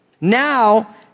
Now